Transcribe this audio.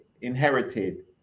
inherited